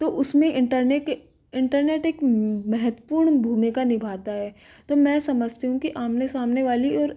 तो उसमें internet internet एक महत्वपूर्ण भूमिका निभाता है तो मैं समझती हूँ कि आमने सामने वाली और